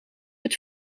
het